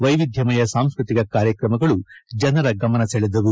ವೈವಿಧ್ಯಮ ಸಾಂಸ್ಕೃತಿಕ ಕಾರ್ಯಕ್ರಮಗಳು ಜನರ ಗಮನ ಸೆಳೆದವು